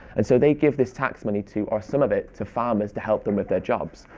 and so they give this tax money to, or some of it, to farmers to help them with their jobs.